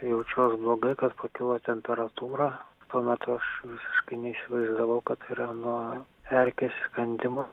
jaučiuos blogai kad pakilo temperatūra tuo metu aš visiškai neįsivaizdavau kad yra nuo erkės įkandimo